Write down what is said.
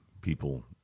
people